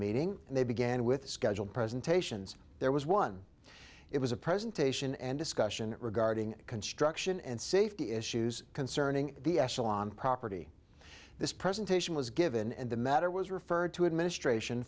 meeting and they began with scheduled presentations there was one it was a presentation and discussion regarding construction and safety issues concerning the echelon property this presentation was given and the matter was referred to administration